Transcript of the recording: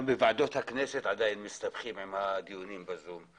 גם בוועדות הכנסת עדיין מסתבכים עם הדיונים ב-זום.